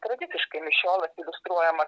tradiciškai mišiolas iliustruojamas